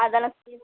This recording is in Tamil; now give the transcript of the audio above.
அதெல்லாம்